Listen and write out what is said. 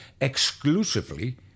exclusively